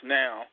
now